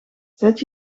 zet